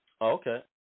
Okay